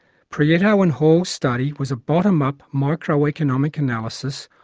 prieto and hall's study was a bottom-up microeconomic analysis,